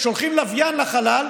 שולחים לוויין לחלל,